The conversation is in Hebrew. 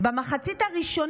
במחצית הראשונה,